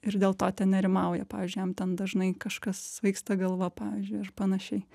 ir dėl to ten nerimauja pavyzdžiui jam ten dažnai kažkas svaigsta galva pavyzdžiui ar panašiai